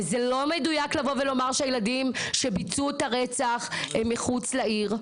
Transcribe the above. וזה לא מדויק לבוא ולומר שהילדים שביצעו את הרצח הם מחוץ לעיר.